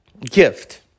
gift